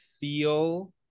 feel